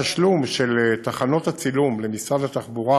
התשלום של תחנות הצילום למשרד התחבורה